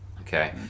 okay